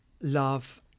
love